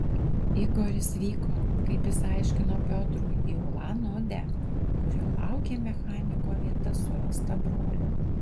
igoris vyko kaip jis aiškino piotrui į ulan udę kur jo laukė mechaniko vieta surasta brolio